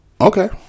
Okay